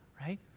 right